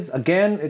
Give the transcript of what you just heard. again